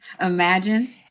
Imagine